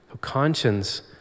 Conscience